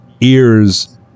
ears